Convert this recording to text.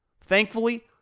Thankfully